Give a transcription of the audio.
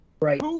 Right